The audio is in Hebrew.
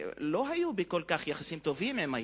לא היו ביחסים כל כך טובים עם היהודים,